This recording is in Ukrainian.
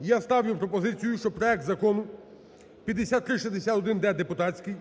я ставлю пропозицію, що проект Закону 5361-д депутатський